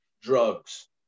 drugs